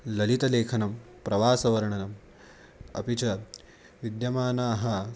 ललितलेखनं प्रवासवर्णनम् अपि च विद्यमानाः